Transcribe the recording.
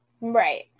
Right